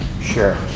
sure